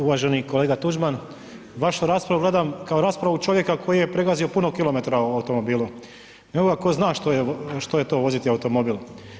Uvaženi kolega Tuđman, vašu raspravu gledam kao raspravu čovjeka koji je pregazio puno km u automobilu, nekoga tko zna što je to voziti automobil.